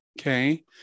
okay